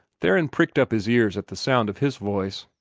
theron pricked up his ears at the sound of his voice.